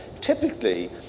typically